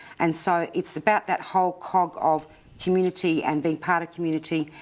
and so it's about that whole cog of community and being part of community,